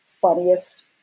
funniest